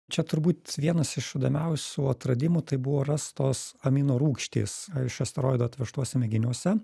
čia turbūt vienas iš įdomiausių atradimų tai buvo rastos amino rūgštys iš asteroidų atvežtuose mėginiuose